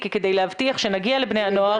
ככל שהנער יתחיל בגיל יותר צעיר לעשן,